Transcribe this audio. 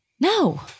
No